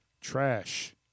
Trash